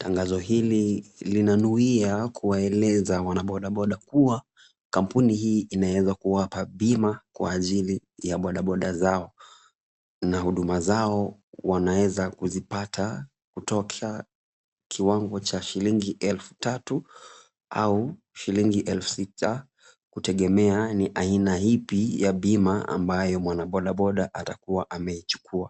Tangazo hili linanuwia kuwaeleza wanabodaboda kuwa kampuni hii inaweza kuwapa bima kwa ajili ya bodaboda zao. Na huduma zao wanaweza kuzipata kutoka kiwango cha shilingi elfu tatu au shilingi elfu sita kutegemea ni aina ipi ya bima ambayo mwanabodaboda atakuwa ameichukua.